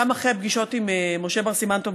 גם אחרי הפגישות עם משה בר סימן טוב,